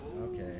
okay